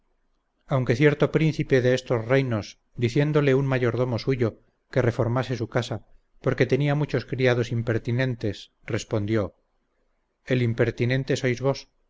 aunque cierto príncipe de estos reinos diciéndole un mayordomo suyo que reformase su casa porque tenía muchos criados impertinentes respondió el impertinente sois vos